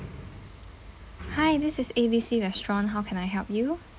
hi this is A B C restaurant how can I help you